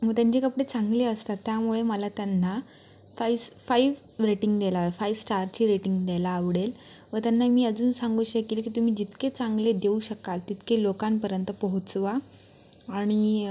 मग त्यांचे कपडे चांगले असतात त्यामुळे मला त्यांना फाईवस फाईव्ह रेटिंग देला फाय स्टारची रेटिंग द्यायला आवडेल व त्यांना मी अजून सांगू शकेल की तुम्ही जितके चांगले देऊ शकाल तितके लोकांपर्यंत पोहोचवा आणि